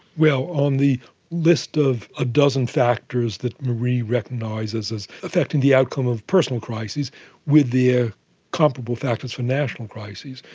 well, on the list of a dozen factors that marie recognises as affecting the outcome of personal crises with the ah comparable factors for national crises,